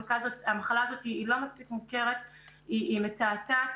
המחלה הזאת היא לא מספיק מוכרת, היא מתעתעת.